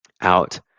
out